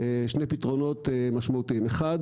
שני פתרונות משמעותיים: אחד